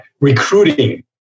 recruiting